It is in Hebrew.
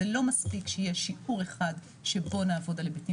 זה לא מספיק שיש שיעור אחד שבו נעבוד על היבטים